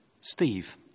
Steve